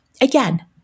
again